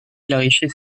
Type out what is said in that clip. clarifier